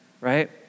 Right